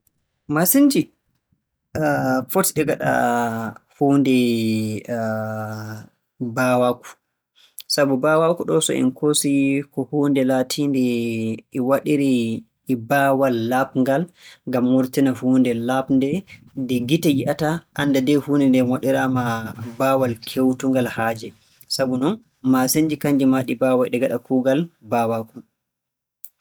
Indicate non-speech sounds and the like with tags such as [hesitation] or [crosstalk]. Maasinnji [hesitation] foti ɗi ngaɗa huunde [hesitation] mbaawaaku sabu mbaawaaku ɗoo so en koosii ko huunde laatiinde e waɗiree e baawal laaɓngal ngam wurtina huunde laaɓnde. Nde ngi'ata annda ndee huunde nden waɗiraama baawal keewtungal haaje. Sabu non maasinnji kannji maa ɗi mbaaway ɗi ngaɗa kuugal mbaawaaku.